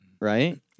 Right